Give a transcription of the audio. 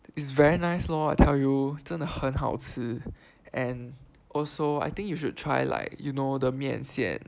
it's very nice lor I tell you 真的很好吃 and also I think you should try like you know the 面线